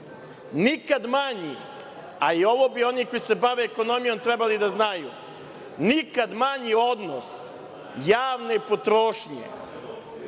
manji, a ovo bi oni koji se bave ekonomijom trebali da znaju. Nikad manji odnos javne potrošnje,